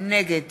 נגד